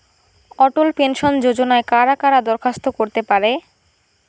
অটল pension যোজনায় কারা কারা দরখাস্ত করতে পারে?